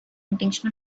intention